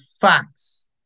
facts